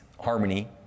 harmony